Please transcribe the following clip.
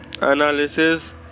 analysis